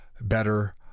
better